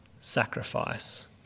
sacrifice